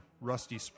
Rusty